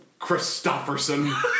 Christofferson